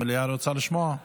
המליאה רוצה לשמוע.